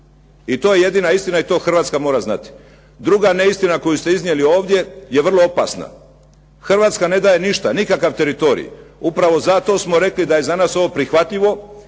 i to je jedina istina i to Hrvatska mora znati. Druga neistina koju ste iznijeli ovdje je vrlo opasna. Hrvatska ne daje ništa nikakav teritorij. Upravo zato smo rekli da je za nas ovo prihvatljivo